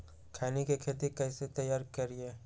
खैनी के खेत कइसे तैयार करिए?